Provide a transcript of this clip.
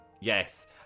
yes